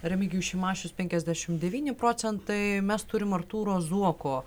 remigijus šimašius penkiasdešimt devyni procentai mes turim artūro zuoko